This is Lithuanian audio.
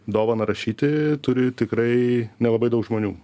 dovaną rašyti turi tikrai nelabai daug žmonių